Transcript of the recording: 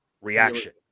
reaction